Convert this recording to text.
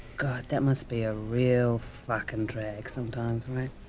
god that must be a real fucking drag sometimes, right?